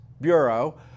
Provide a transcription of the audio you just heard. Bureau